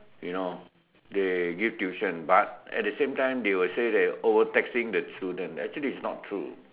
you know they give tuition but at the same time they will say that overtaxing the children actually it's not true